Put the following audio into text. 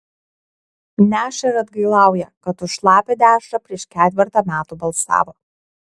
neša ir atgailauja kad už šlapią dešrą prieš ketvertą metų balsavo